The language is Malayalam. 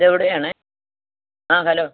ഇതെവിടെയാണ് ആ ഹലോ